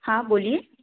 हाँ बोलिए